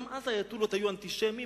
גם אז האייטולות היו אנטישמים,